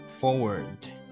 forward